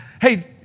hey